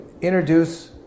introduce